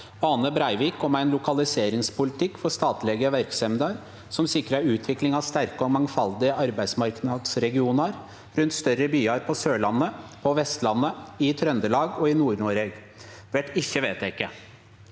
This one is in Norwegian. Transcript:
Ane Breivik om ein lokaliseringspolitikk for statlege verksemder som sikrar utvikling av sterke og mangfaldige arbeidsmarknadsregionar rundt større byar på Sørlandet, på Vestlandet, i Trøndelag og i Nord-Noreg – vert ikkje vedteke.